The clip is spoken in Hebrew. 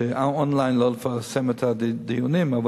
לא לפרסם את הדיונים און-ליין,